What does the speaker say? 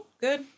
good